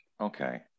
Okay